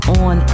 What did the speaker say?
on